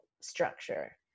structure